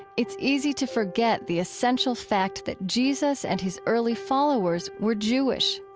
it's easy to forget the essential fact that jesus and his early followers were jewish.